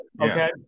Okay